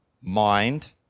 mind